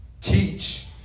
teach